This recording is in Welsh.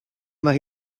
mae